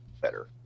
better